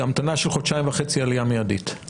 בהמתנה של חודשיים וחצי עלייה מיידית מברית המועצות.